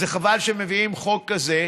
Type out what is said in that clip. חבל שמביאים חוק כזה,